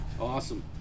Awesome